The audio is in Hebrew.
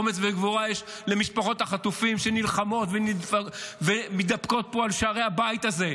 אומץ וגבורה יש למשפחות החטופים שנלחמות ומידפקות פה על שערי הבית הזה.